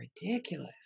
ridiculous